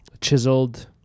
chiseled